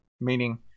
meaning